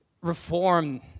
reform